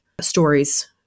stories